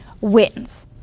wins